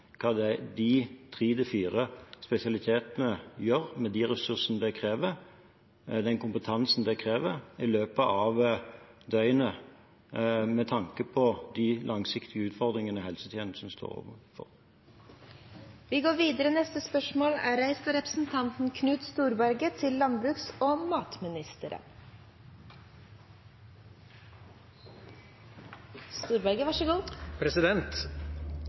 hva de tre til fire spesialitetene gjør – med de ressursene og den kompetansen som det krever – i løpet av døgnet, med tanke på de langsiktige utfordringene helsetjenesten står overfor. «Flere kyllingprodusenter går